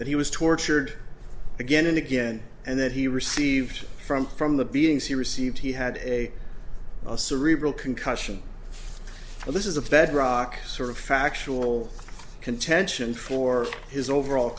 that he was tortured again and again and that he received from from the beings he received he had a cerebral concussion and this is a bedrock sort of factual contention for his overall